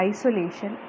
Isolation